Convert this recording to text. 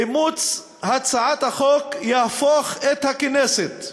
אימוץ הצעת החוק יהפוך את הכנסת,